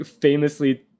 famously